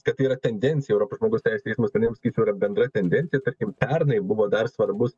kad tai yra tendencija europos žmogaus teisių teismo sprendimas sakyčiau yra bendra tendencija tarkim pernai buvo dar svarbus